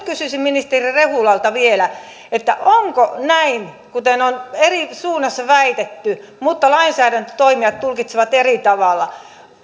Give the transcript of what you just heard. kysyisin ministeri rehulalta vielä onko näin kuten on eri suunnissa väitetty mutta lainsäädäntötoimijat tulkitsevat eri tavalla